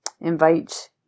invite